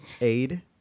aid